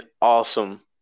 awesome